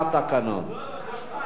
לא הבנתי, עוד הפעם.